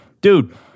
dude